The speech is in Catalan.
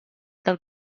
del